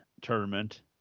tournament